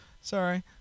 sorry